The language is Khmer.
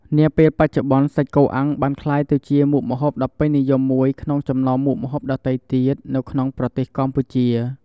នាពេលបច្ចុប្បន្នសាច់គោអាំងបានក្លាយទៅជាមុខម្ហូបដ៏ពេញនិយមមួយក្នុងចំណោមមុខម្ហូបដទៃទៀតនៅក្នុងប្រទេសកម្ពុជា។